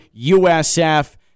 USF